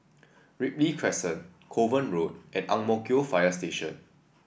Ripley Crescent Kovan Road and Ang Mo Kio Fire Station